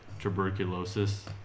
tuberculosis